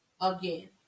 Again